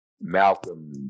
Malcolm